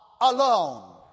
alone